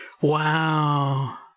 Wow